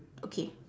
okay